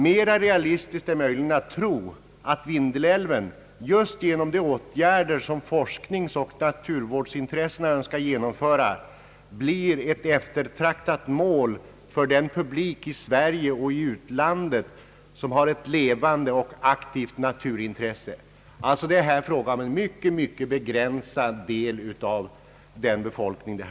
— Mera realistiskt är möjligen att tro att Vindelälven, just genom de åtgärder som forskningsoch naturvårdsintressenterna önskar genomföra, blir ett eftertraktat mål för den publik som i Sverige och i utlandet har ett levande och aktivt naturintresse.» Det är alltså här fråga om en mycket begränsad del av befolkningen.